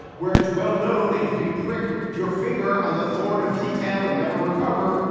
where it's well known that you could prick your finger on the thorn of detail and never recover,